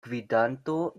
gvidanto